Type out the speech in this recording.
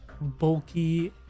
bulky